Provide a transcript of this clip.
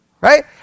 right